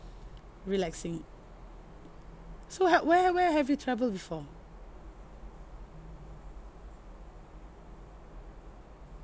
relaxing so ha~ where where have you travel before